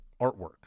artwork